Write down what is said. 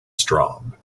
strong